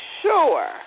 sure